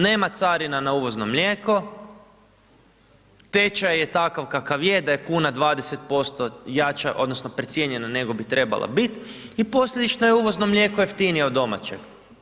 Nema carina na uvozno mlijeko, tečaj je takav kakav je, da je 20% jača odnosno precijenjena nego bi trebala bit i posljedično je uvozno mlijeko jeftinije od domaćeg.